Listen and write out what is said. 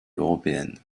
européennes